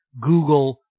Google